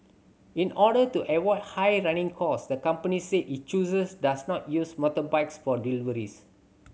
in order to avoid high running cost the company said it chooses does not use motorbikes for deliveries